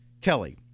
Kelly